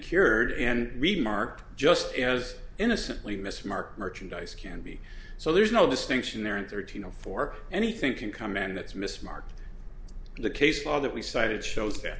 cured and remarked just as innocently mis marked merchandise can be so there's no distinction there and thirteen zero for anything can come in that's mis marked the case law that we cited shows that